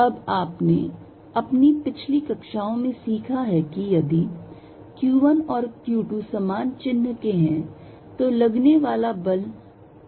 अब आपने अपनी पिछली कक्षाओं में सीखा है कि यदि q1 और q2 समान चिन्ह के हैं तो लगने वाला बल प्रतिकर्षी है